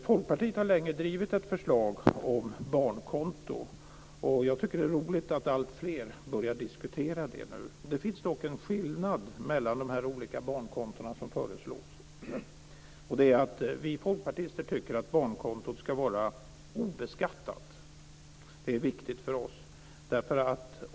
Folkpartiet har länge drivit ett förslag om barnkonto. Jag tycker att det är roligt att alltfler börjar diskutera det nu. Det finns dock en skillnad mellan de olika barnkonton som föreslås. Vi folkpartister tycker att barnkontot ska vara obeskattat. Det är viktigt för oss.